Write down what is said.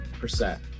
percent